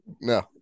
No